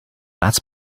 that’s